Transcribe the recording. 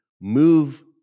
move